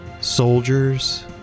Soldiers